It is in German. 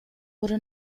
wurde